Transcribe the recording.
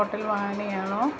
hotel Vani ആണോ